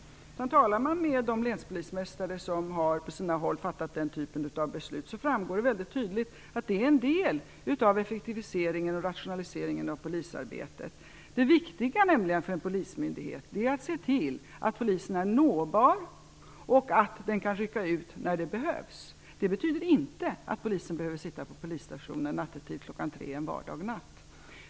Om man talar med de länspolismästare som på sina håll har fattat den typen av beslut framgår det väldigt tydligt att det är en del av effektiviseringen och rationaliseringen av polisarbetet. Det viktiga för en polismyndighet är nämligen att se till att polisen är nåbar och kan rycka ut när det behövs. Det betyder inte att polisen behöver sitta på polisstationen klockan tre en vardagsnatt.